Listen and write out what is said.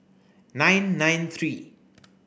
nine nine three